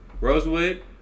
Rosewood